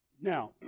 Now